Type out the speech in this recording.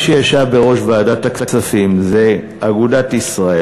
שישב בראש ועדת הכספים זה אגודת ישראל,